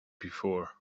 before